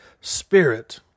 Spirit